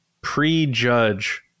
prejudge